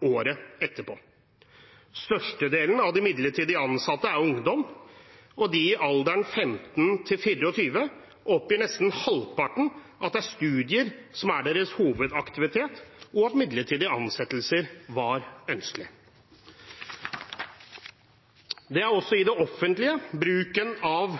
året etter. Størstedelen av de midlertidig ansatte er ungdom, og av dem i alderen 15–24 år oppgir nesten halvparten at det er studier som er deres hovedaktivitet, og at midlertidig ansettelse var ønskelig. Det er i det offentlige bruken av